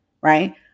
right